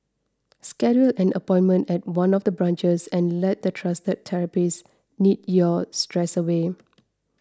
schedule an appointment at one of the branches and let the trusted therapists knead your stress away